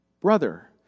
brother